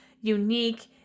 unique